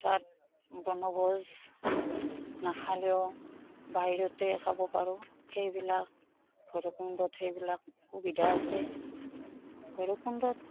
তাত বনভোজ নাখালেও বাহিৰতে খাব পাৰোঁ সেইবিলাক ভৈৰৱকুণ্ডত সেইবিলাক সুবিধা আছে ভৈৰৱকুণ্ডত